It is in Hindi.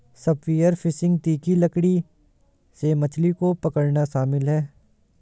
स्पीयर फिशिंग तीखी लकड़ी से मछली को पकड़ना शामिल है